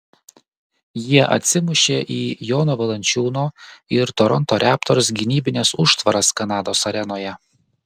jie atsimušė į jono valančiūno ir toronto raptors gynybines užtvaras kanados arenoje